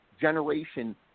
generation